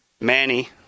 Manny –